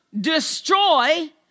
destroy